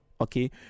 Okay